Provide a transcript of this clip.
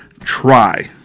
try